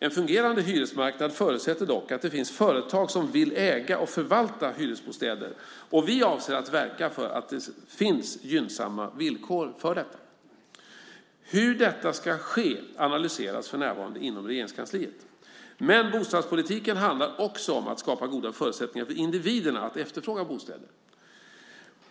En fungerande hyresmarknad förutsätter dock att det finns företag som vill äga och förvalta hyresbostäder, och vi avser att verka för att det finns gynnsamma villkor för detta. Hur detta ska ske analyseras för närvarande inom Regeringskansliet. Men bostadspolitiken handlar också om att skapa goda förutsättningar för individerna att efterfråga bostäder.